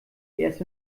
erst